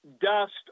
dust